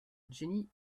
jenny